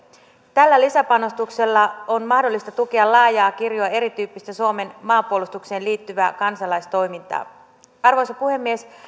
tällä lisäpanostuksella on mahdollista tukea laajaa kirjoa erityyppistä suomen maanpuolustukseen liittyvää kansalaistoimintaa arvoisa puhemies